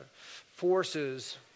forces